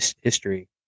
history